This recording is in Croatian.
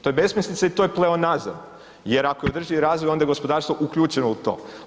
To je besmislica i to je pleonazam jer ako je održivi razvoj onda je gospodarstvo uključeno u to.